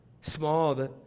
small